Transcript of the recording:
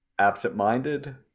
absent-minded